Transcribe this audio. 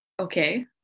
Okay